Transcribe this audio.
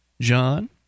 John